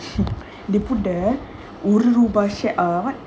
they put there urdu baasha uh [what]